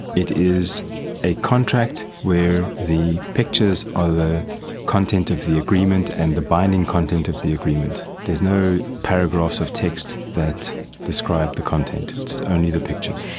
it is a contract where the pictures are the content of the agreement and the binding content of the agreement. there is no paragraphs of text that describe the content, it's only the pictures.